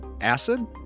Acid